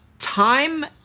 time